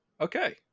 Okay